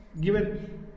given